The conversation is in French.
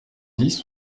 dix